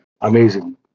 amazing